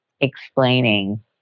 explaining